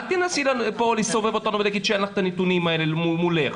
אל תנסי פה לסובב אותנו ולהגיד שאין לך את הנתונים האלה מולך,